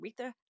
Aretha